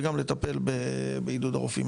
וגם לטפל בעידוד הרופאים.